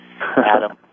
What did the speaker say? Adam